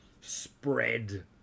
spread